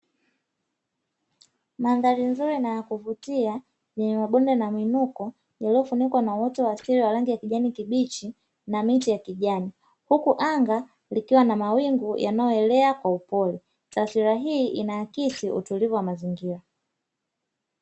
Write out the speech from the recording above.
Mandhari nzuri na ya kuvutia yenye mabonde na miinuko yaliyofunikwa na uoto wa asili wa rangi ya kijani kibichi na miti ya kijani; huku anga likiwa na mawingu yanayoelewa kwa upole. Taswira hii inaakisi utulivu wa mazingira.